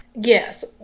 Yes